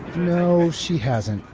no, she hasn't.